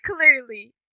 clearly